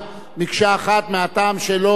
מהטעם שלא הוגשו הסתייגויות